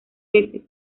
veces